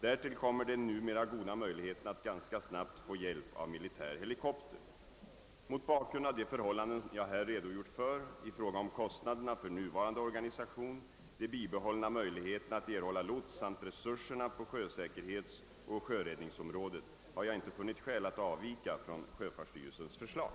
Därtill kommer den numera goda möjligheten att ganska snabbt få hjälp av militär helikopter. Mot bakgrund av de förhållanden jag här redogjort för i fråga om kostnaderna för nuvarande organisation, de hibehållna möjligheterna att erhålla lots samt resurserna på sjösäkerhetsoch sjöräddningsområdet har jag inte funnit skäl att avvika från sjöfartsstyrelsens förslag.